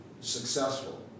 successful